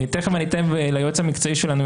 תיכף אני אתן ליועץ המקצועי שלנו,